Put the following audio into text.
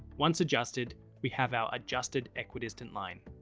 once adjusted, we have our adjusted equidistant line.